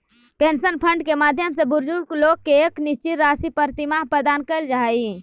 pension fund के माध्यम से बुजुर्ग लोग के एक निश्चित राशि प्रतिमाह प्रदान कैल जा हई